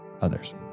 others